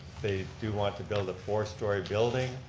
they do want to build a four-story building,